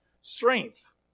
strength